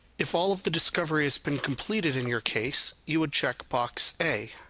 if all of the discovery has been completed in your case, you would check box a.